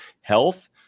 health